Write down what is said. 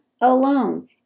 alone